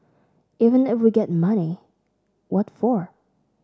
even if we get money what for